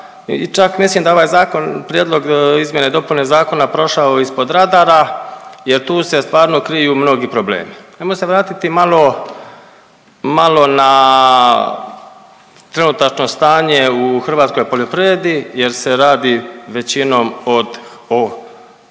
čak mislim da ovaj zakon, prijedlog izmjene i dopune zakona prošao ispod radara jer tu se stvarno kriju mnogi problemi. Hajmo se vratiti malo na trenutačno stanje u hrvatskoj poljoprivredi jer se radi većinom o